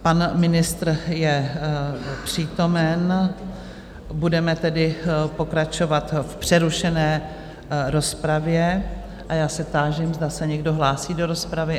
Pan ministr je přítomen, budeme tedy pokračovat v přerušené rozpravě a já se táži, zda se někdo hlásí do rozpravy.